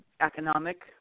economic